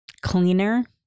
cleaner